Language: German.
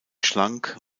schlank